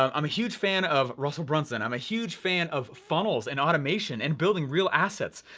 um i'm a huge fan of russell brunson. i'm a huge fan of funnels and automation and building real assets,